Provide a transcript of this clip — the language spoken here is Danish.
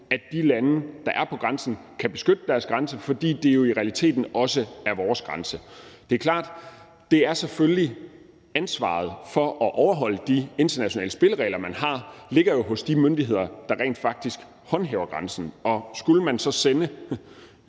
at de lande, der er ved grænsen, kan beskytte deres grænse, fordi det jo i realiteten også er vores grænse. Det er klart, at ansvaret for at overholde de internationale spilleregler, man har, selvfølgelig ligger hos de myndigheder, der rent faktisk håndhæver grænsen. Og skulle man så sende